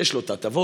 יש לו את ההטבות,